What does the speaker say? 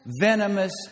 venomous